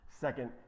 second